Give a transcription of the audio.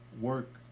work